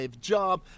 job